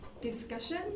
discussion